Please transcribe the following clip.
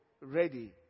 ready